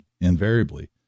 invariably